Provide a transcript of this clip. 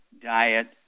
diet